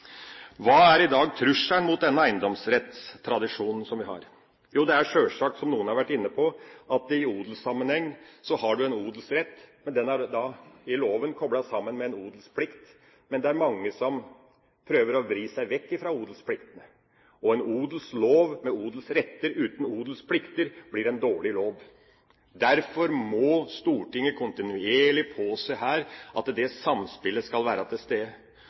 Hva er i dag trusselen mot den eiendomsrettstradisjonen som vi har? Jo, det er sjølsagt, som noen har vært inne på, at i odelssammenheng har du en odelsrett, men den er da i loven koblet sammen med en odelsplikt, og det er mange som prøver å vri seg vekk fra odelsplikten. Og en odelslov med odelsretter uten odelsplikter blir en dårlig lov. Derfor må Stortinget kontinuerlig påse at det samspillet skal være til stede.